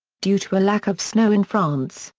due to a lack of snow in france,